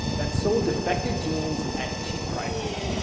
that sold defective jeans at cheap prices.